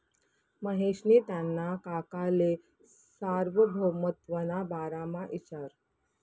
महेशनी त्याना काकाले सार्वभौमत्वना बारामा इचारं